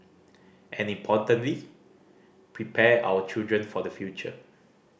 and importantly prepare our children for the future